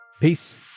Peace